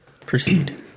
proceed